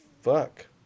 fuck